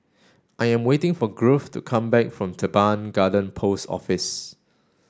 I am waiting for Grove to come back from Teban Garden Post Office